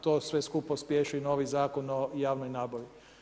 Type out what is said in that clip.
To sve skupa pospješuje i novi Zakon o javnoj nabavi.